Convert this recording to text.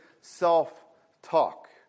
self-talk